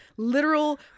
literal